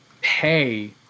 pay